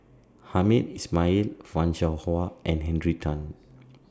Hamed Ismail fan Shao Hua and Henry Tan